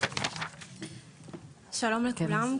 שלום לכולם,